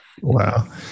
Wow